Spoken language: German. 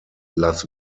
las